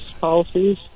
policies